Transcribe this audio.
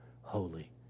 holy